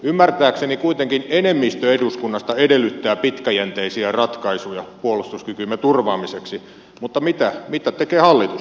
ymmärtääkseni kuitenkin enemmistö eduskunnasta edellyttää pitkäjänteisiä ratkaisuja puolustuskykymme turvaamiseksi mutta mitä tekee hallitus